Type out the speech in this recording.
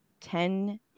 Ten